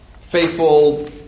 faithful